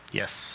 yes